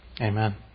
Amen